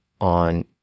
on